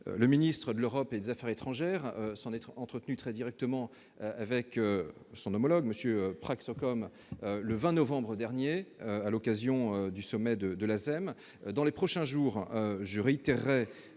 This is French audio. Le ministre de l'Europe et des affaires étrangères s'en est entretenu très directement avec son homologue, M. Prak Sokhonn, le 20 novembre dernier, à l'occasion du sommet de l'ASEM. Dans les prochains jours, je réitérerai